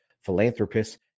philanthropists